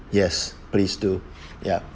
yes please do ya